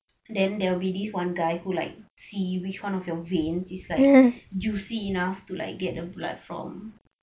then there will be this one guy who like see which one of your veins is like juicy enough to like get the blood from